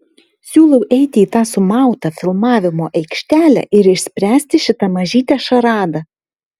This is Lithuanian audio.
siūlau eiti į tą sumautą filmavimo aikštelę ir išspręsti šitą mažytę šaradą